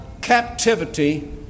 captivity